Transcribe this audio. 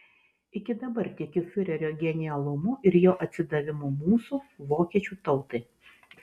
iki dabar tikiu fiurerio genialumu ir jo atsidavimu mūsų vokiečių tautai